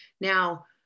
Now